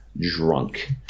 drunk